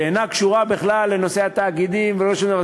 שאינה קשורה בכלל לנושא התאגידים ולא שום דבר,